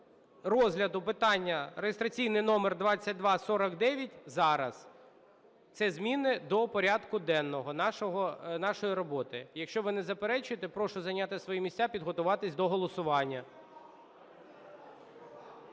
розгляду питання (реєстраційний номер 2249) зараз. Це зміни до порядку денного нашої роботи. Якщо ви не заперечуєте, прошу зайняти свої місця, підготуватися до голосування.